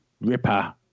Ripper